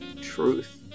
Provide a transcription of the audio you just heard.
Truth